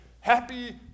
Happy